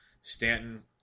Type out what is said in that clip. Stanton